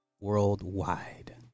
worldwide